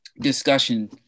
discussion